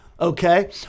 Okay